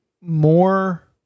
more